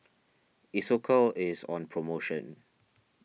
Isocal is on promotion